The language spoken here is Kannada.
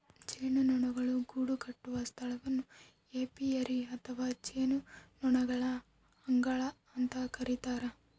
ಜೇನುನೊಣಗಳು ಗೂಡುಕಟ್ಟುವ ಸ್ಥಳವನ್ನು ಏಪಿಯರಿ ಅಥವಾ ಜೇನುನೊಣಗಳ ಅಂಗಳ ಅಂತ ಕರಿತಾರ